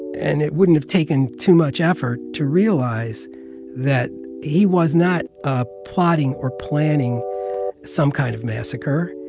and it wouldn't have taken too much effort to realize that he was not ah plotting or planning some kind of massacre.